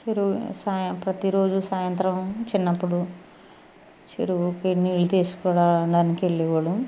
ప్రతిరో సాయం ప్రతిరోజు సాయంత్రం చిన్నప్పుడు చెరువుకి నీళ్ళు తీసుకురావడానికి వెళ్ళే వాళ్ళం